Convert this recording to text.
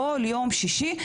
בכל יום שישי,